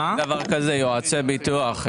אין דבר כזה שנקרא יועצי ביטוח.